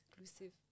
exclusive